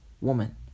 Woman